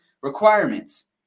requirements